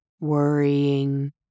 worrying